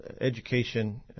education